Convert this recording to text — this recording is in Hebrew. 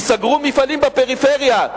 ייסגרו מפעלים בפריפריה,